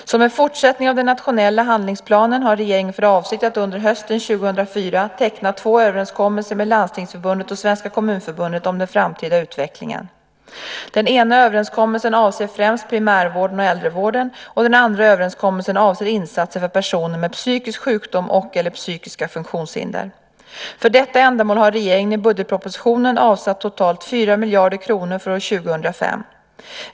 Som en fortsättning av den nationella handlingsplanen har regeringen för avsikt att under hösten 2004 teckna två överenskommelser med Landstingsförbundet och Svenska Kommunförbundet om den framtida utvecklingen. Den ena överenskommelsen avser främst primärvården och äldrevården, och den andra överenskommelsen avser insatser för personer med psykisk sjukdom eller psykiska funktionshinder. För detta ändamål har regeringen i budgetpropositionen avsatt totalt 4 miljarder kronor för år 2005.